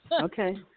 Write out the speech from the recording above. Okay